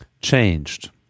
changed